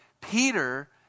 Peter